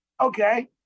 okay